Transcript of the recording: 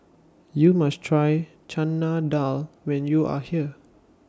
YOU must Try Chana Dal when YOU Are here